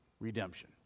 Redemption